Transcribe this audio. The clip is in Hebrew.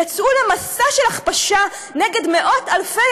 יצאו למסע של הכפשה נגד מאות-אלפי